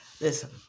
Listen